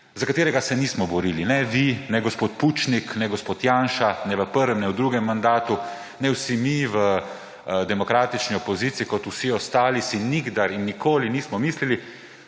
za katerega se nismo borili ne vi ne gospod Pučnik, ne gospod Janša, ne v prvem ne v drugem mandatu, ne vsi mi v demokratični opoziciji kot vsi ostali si nikdar in nikoli nismo mislili,